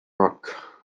rock